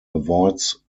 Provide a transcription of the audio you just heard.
avoids